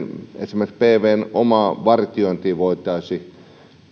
esimerkiksi pvn omaa vartiointia